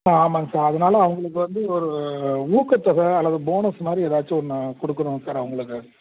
ஆ ஆமாங்க சார் அதனால வுங்களுக்கு வந்து ஒரு ஊக்கத்தொகை அல்லது போனஸ் மாதிரி ஏதாச்சும் ஒன்று கொடுக்கணும் சார் அவங்களுக்கு